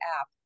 app